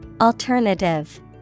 Alternative